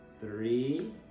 Three